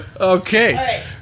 Okay